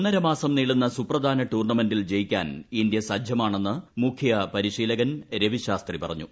ഒന്നര മാസം നീളുന്ന സുപ്രധാന ടൂർണമെന്റിൽ ജയിക്കാൻ ഇന്ത്യ സജ്ജമാണെന്ന് മുഖ്യ പരിശീലകൻ രവി ശാസ്ത്രി പറഞ്ഞു